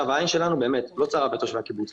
העין שלנו באמת לא צרה בתושבי הקיבוץ.